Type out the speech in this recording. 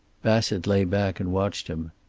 bassett lay back and watched him.